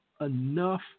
enough